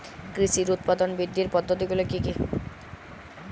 কৃষির উৎপাদন বৃদ্ধির পদ্ধতিগুলি কী কী?